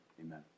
amen